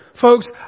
Folks